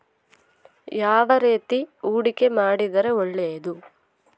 ಯಾವ ರೇತಿ ಹೂಡಿಕೆ ಮಾಡಿದ್ರೆ ಒಳ್ಳೆಯದು?